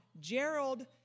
Gerald